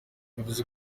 yavuze